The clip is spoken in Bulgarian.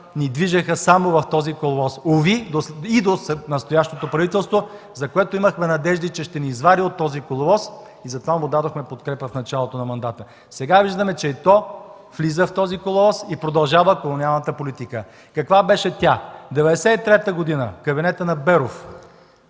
ни движеха само в този коловоз. Уви, и до настоящото правителство, за което имахме надежди, че ще ни извади от този коловоз и затова му дадохме подкрепа в началото на мандата. Сега виждаме, че и то влиза в този коловоз и продължава колониалната политика. Каква беше тя? През 1993 г. – кабинетът на Беров,